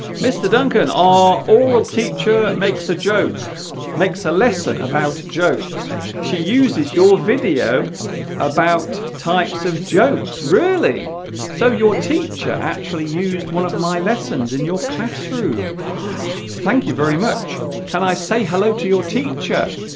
mr. duncan our aural teacher makes a joke makes a lesson about jokes she uses your video about types of jokes really so your teacher actually used one of my lessons in your classroom thank you very much can i say hello to your teacher